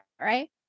right